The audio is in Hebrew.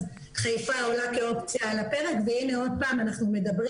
אז חיפה עולה כאופציה על הפרק והנה עוד פעם אנחנו מדברים